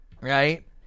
right